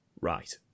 Right